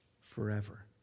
forever